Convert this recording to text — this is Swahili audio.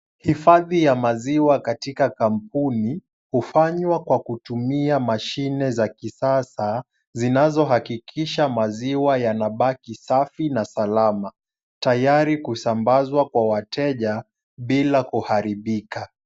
Hifadhi ya maziwa katika kampuni hufanywa kwa kutumia mashine za kisasa zinazohakikisha maziwa yanabaki safi na salama, tayari kusambazwa kwa wateja bila kuharibika.